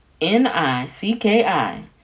N-I-C-K-I